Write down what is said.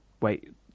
Wait